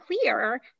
clear